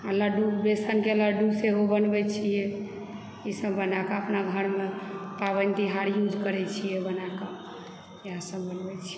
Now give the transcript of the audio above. आ लड्डू बेसनके लड्डू सेहो बनबैत छियै ईसभ बनाए कऽअपना घरमे पाबनि तिहारमे यूज करैत छियै बनाए कऽ इएहसभ बनबैत छी